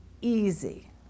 easy